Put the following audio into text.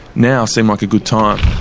now seemed like a good time.